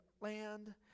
land